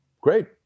great